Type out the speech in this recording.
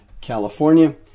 California